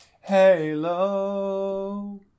Halo